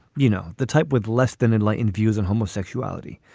you know, the type with less than enlightened views on homosexuality.